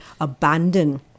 abandon